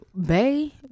Bay